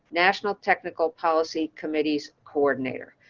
national technical policy committee's coordinator.